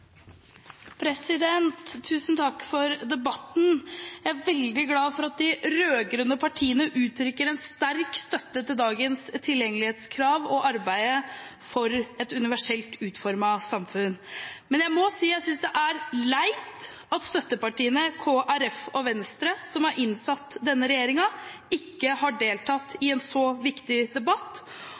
Tusen takk for debatten. Jeg er veldig glad for at de rød-grønne partiene uttrykker en sterk støtte til dagens tilgjengelighetskrav og arbeidet for et universelt utformet samfunn, men jeg må si jeg synes det er leit at støttepartiene, Kristelig Folkeparti og Venstre, som har innsatt denne regjeringen, ikke har deltatt i en så viktig debatt.